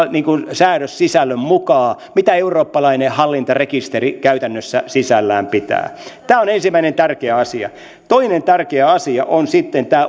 säädössisällön mukaan mitä eurooppalainen hallintarekisteri käytännössä sisällään pitää tämä on ensimmäinen tärkeä asia toinen tärkeä asia on sitten tämä